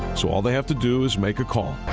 so all they have to do is make call.